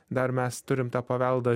dar mes turim tą paveldą